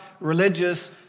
religious